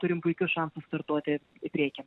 turim puikius šansus startuoti į priekį